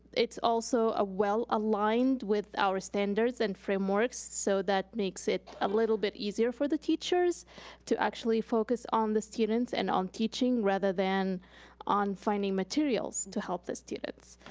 it's also well aligned with our standards and frameworks, so that makes it a little bit easier for the teachers to actually focus on the students and on teaching, rather than on finding materials to help the students.